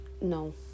No